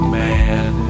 man